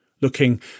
Looking